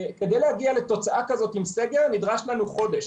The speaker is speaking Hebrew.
כדי להגיע לתוצאה כזאת עם סגר נדרש לנו חודש.